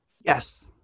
Yes